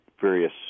various